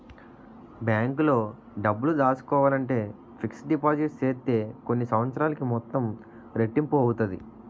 బ్యాంకులో డబ్బులు దాసుకోవాలంటే ఫిక్స్డ్ డిపాజిట్ సేత్తే కొన్ని సంవత్సరాలకి మొత్తం రెట్టింపు అవుతాది